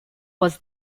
was